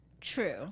True